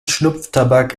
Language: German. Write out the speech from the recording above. schnupftabak